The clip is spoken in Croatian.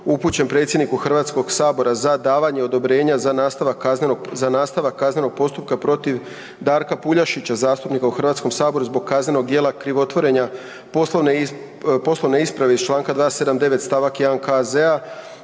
upućen predsjedniku HS-a za davanje odobrenja za nastavak kaznenog postupka protiv Darka Puljašića, zastupnika u HS-u zbog kaznenog djela krivotvorenja poslovne isprave iz čl. 279. st. 1. KZ-a